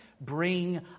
bring